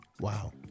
Wow